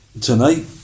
Tonight